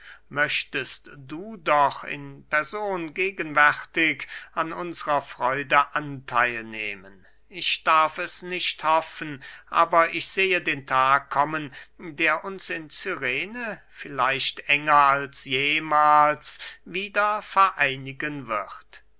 möchtest du doch in person gegenwärtig an unsrer freude antheil nehmen ich darf es nicht hoffen aber ich sehe den tag kommen der uns in cyrene vielleicht enger als jemahls wieder vereinigen wird